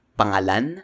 pangalan